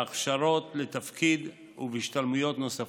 בהכשרות לתפקיד ובהשתלמויות נוספות.